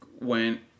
went